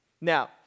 Now